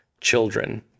children